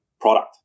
product